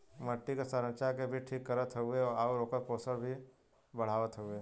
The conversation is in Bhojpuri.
मट्टी क संरचना के भी ठीक करत हउवे आउर ओकर पोषण भी बढ़ावत हउवे